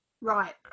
right